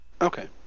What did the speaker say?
okay